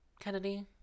Kennedy